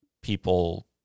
people